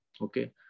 Okay